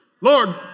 Lord